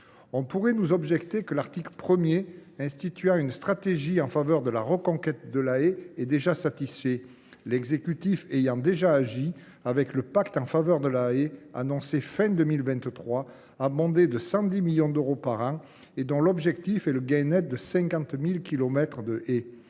On pourrait nous objecter que l’article 1, qui consacre une stratégie en faveur de la reconquête de la haie, est déjà satisfait, l’exécutif ayant déjà agi avec le pacte en faveur de la haie, annoncé à la fin de 2023 et doté de 110 millions d’euros par an, dont l’objectif est un gain net de 50 000 kilomètres